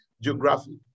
geography